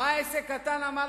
בא עסק קטן ואמר,